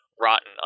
rotten